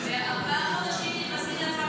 -- בארבעה חודשים נכנסים לפגרה.